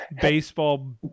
baseball